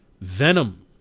Venom